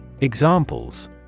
Examples